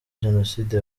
jenoside